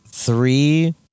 Three